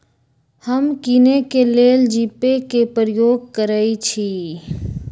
हम किने के लेल जीपे कें प्रयोग करइ छी